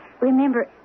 Remember